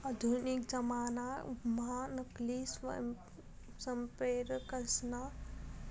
आधुनिक जमानाम्हा नकली संप्रेरकसना वापर करीसन प्रजनन करता येस